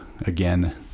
again